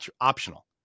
optional